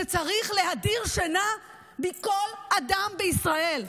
זה צריך להדיר שינה מכל אדם בישראל.